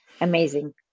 amazing